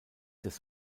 des